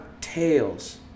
tails